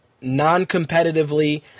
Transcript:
non-competitively